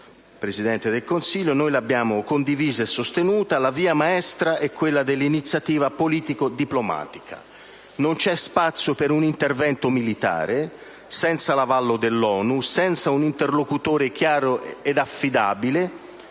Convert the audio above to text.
Presidente del Consiglio, e noi l'abbiamo condivisa e sostenuta. La via maestra è quella dell'iniziativa politico-diplomatica. Non c'è spazio per un intervento militare senza l'avallo dell'ONU e senza un interlocutore chiaro ed affidabile,